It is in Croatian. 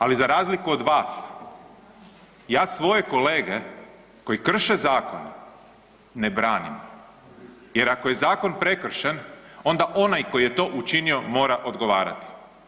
Ali za razliku od vas ja svoje kolege koji krše zakone ne branim jer ako je zakon prekršen onda onaj koji je to učinio mora odgovarati.